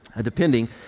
depending